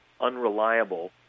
unreliable